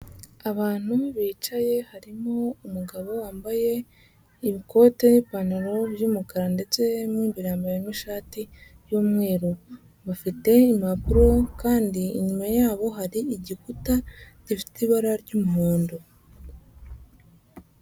Abantu bicaye harimo umugabo wambaye ikote ipantaro by'umukara ndetse mo imbere yambaye n'ishati y'umweru, bafite impapuro kandi inyuma yabo hari igikuta gifite ibara ry'umuhondo.